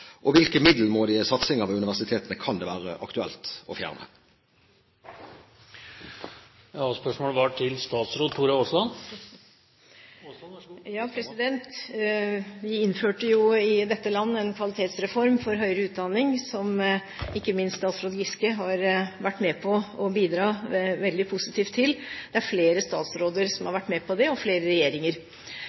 Og hvilke middelmådige satsinger ved universitetene kan det være aktuelt å fjerne? Vi innførte jo i dette land en kvalitetsreform for høyere utdanning, som ikke minst statsråd Giske har vært med å bidra veldig positivt til. Det er flere statsråder som har vært med på det, og flere regjeringer.